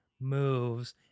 moves